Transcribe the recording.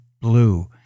blue